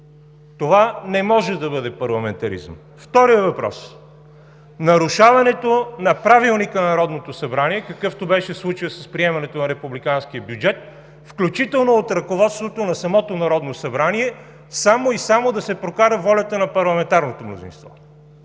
Това не може да бъде парламентаризъм. Вторият въпрос, нарушаването на Правилника на Народното събрание, какъвто беше случаят с приемането на републиканския бюджет, включително от ръководството на самото Народно събрание, само и само да се прокара волята на парламентарното мнозинство.